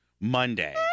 Monday